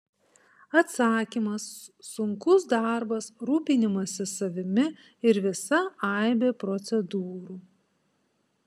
atsakymas sunkus darbas rūpinimasis savimi ir visa aibė procedūrų